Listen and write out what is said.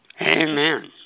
Amen